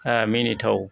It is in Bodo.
मिनिथाव